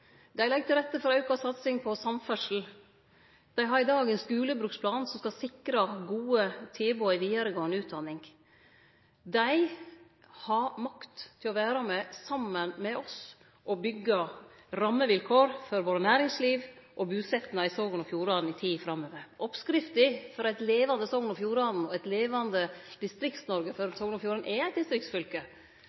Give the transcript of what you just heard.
dag ein skulebruksplan som skal sikre gode tilbod i vidaregåande utdanning. Dei har makt til å vere med – saman med oss – og byggje rammevilkår for næringslivet vårt og busetnaden i Sogn og Fjordane i tida framover. Oppskrifta på eit levande Sogn og Fjordane og eit levande Distrikts-Noreg – for Sogn og Fjordane er eit distriktsfylke